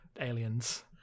aliens